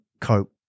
cope